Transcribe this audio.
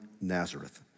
Nazareth